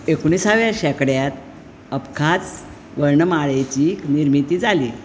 एकुणिसाव्या शेंकड्यांत अबखाझ वर्णमाळेची निर्मिती जाली